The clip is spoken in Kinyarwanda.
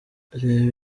reba